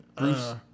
Bruce